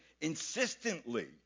insistently